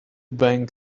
bank